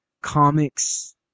comics